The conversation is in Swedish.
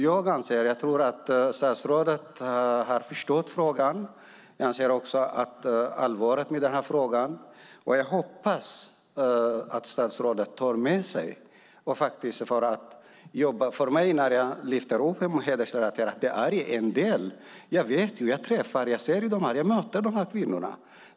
Jag tror att statsrådet har förstått frågan och dess allvar, och jag hoppas att han tar den med sig och jobbar med den. När jag lyfter upp det hedersrelaterade våldet är det en sak. Jag möter dessa kvinnor.